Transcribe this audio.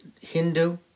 Hindu